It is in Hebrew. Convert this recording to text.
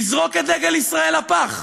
לזרוק את דגל ישראל לפח,